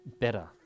better